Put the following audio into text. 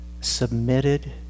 submitted